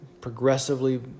progressively